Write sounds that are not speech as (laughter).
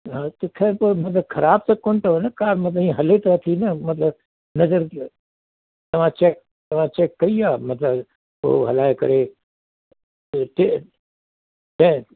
हा त ख़ैरु पोइ मतलबु ख़राबु त कोन्हे अथव न कार मतलबु हीअं हले त अथई न मतलबु (unintelligible) तव्हां चैक तव्हां चैक कई आहे मतलबु पोइ हलाए करे उते कंहिं